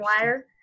wire